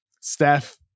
Steph